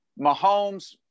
Mahomes